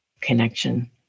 connection